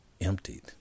emptied